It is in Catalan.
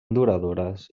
duradores